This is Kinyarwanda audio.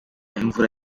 imvura